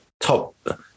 top